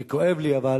כואב לי, אבל